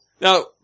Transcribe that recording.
Now